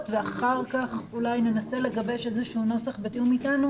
ואחר כך ננסה לגבש נוסח בתיאום אתנו,